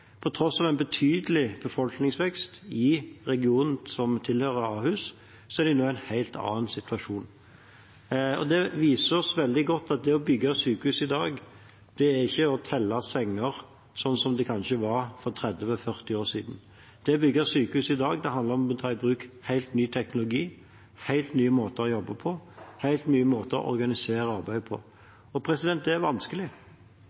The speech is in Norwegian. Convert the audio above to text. På tross av en betydelig befolkningsvekst i regionen som tilhører Ahus, er de nå i en helt annen situasjon. Det viser oss veldig godt at det å bygge sykehus i dag, ikke er å telle senger, sånn som det kanskje var for 30–40 år siden. Det å bygge sykehus i dag handler om å ta i bruk helt ny teknologi, helt nye måter å jobbe på, helt nye måter å organisere arbeidet på. Det er vanskelig.